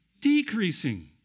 decreasing